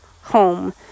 home